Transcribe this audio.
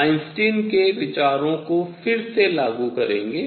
Einstein के विचारों को फिर से लागू करेंगे